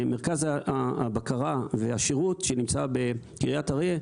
מרכז הבקרה והשירות שנמצא בקרית אריה,